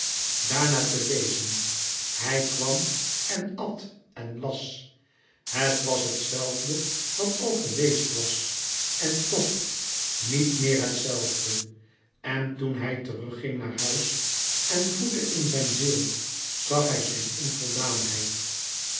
daarna te lezen hij kwam en at en las het was het zelfde wat al geweest was en toch niet meer het zelfde en toen hij terugging naar huis en wroette in zijn ziel zag hij zijn